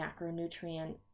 macronutrient